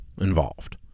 involved